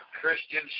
Christian